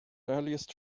earliest